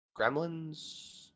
Gremlins